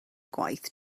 gwaith